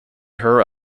her